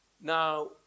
Now